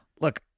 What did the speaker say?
Look